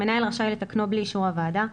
המנהל רשאי לתקנו בלי אישור הועדה.